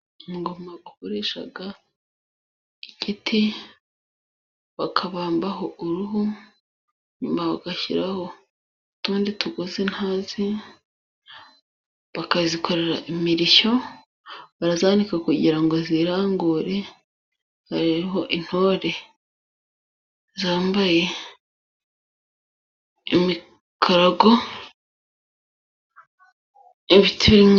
Ingoma bakoresha igiti, bakabambaho uruhu, nyuma bagashyiraho utundi tugozi ntazi, bakazikorera imirishyo, barazanika kugira ngo zirangurure, hariho intore zambaye imikarago.